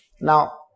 Now